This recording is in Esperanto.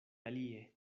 alie